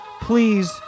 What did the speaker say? please